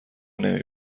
نمی